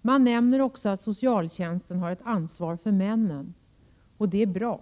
Man nämner också att socialtjänsten har ett ansvar för männen. Det är bra.